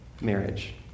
marriage